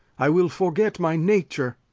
i will forget my nature.